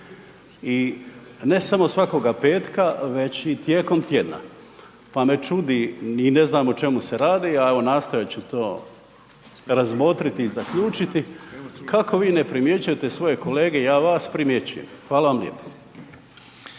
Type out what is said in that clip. i ne samo svakoga petka već i tijekom tjedna. Pa me čudi, ni ne znam o čemu se radi, a evo nastojat ću to razmotriti i zaključiti kako vi ne primjećujete svoje kolege, ja vas primjećujem. Hvala vam lijepo.